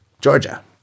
Georgia